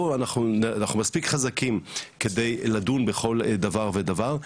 אנחנו מספיק חזקים כדי לדון בכל דבר ודבר,